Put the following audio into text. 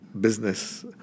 business